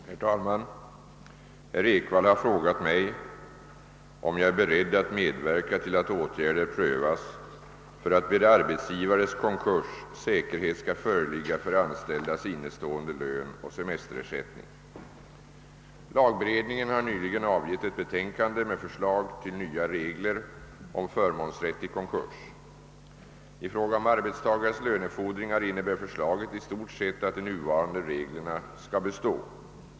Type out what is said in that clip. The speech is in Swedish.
Herr talman! Herr Ekvall har frågat mig om jag är beredd att medverka till att åtgärder prövas för att vid arbetsgivares konkurs säkerhet skall föreligga för anställdas innestående lön och semesterersättning. Lagberedningen har nyligen avgett ett betänkande med förslag till nya regler om förmånsrätt i konkurs. I fråga om arbetstagares lönefordringar innebär förslaget i stort sett att de nuvarande reglerna skall bestå.